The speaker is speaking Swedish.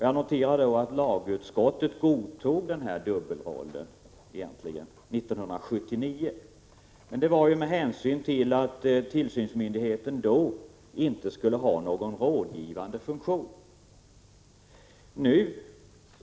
Jag noterar att lagutskottet godtog den här dubbelrollen år 1979, men det var med hänsyn till att tillsynsmyndigheten då inte skulle ha någon rådgivande funktion.